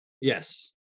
Yes